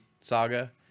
saga